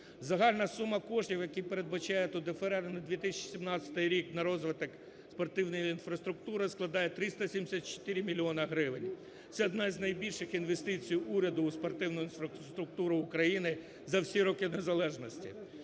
Загальна сума коштів, які передбачає тут ДФРР на 2017 рік на розвиток спортивної інфраструктури складає 374 мільйона гривень. Це одна з найбільших інвестицій уряду в спортивну інфраструктуру України за всі роки незалежності.